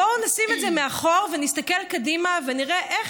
בואו נשים את זה מאחור ונסתכל קדימה ונראה איך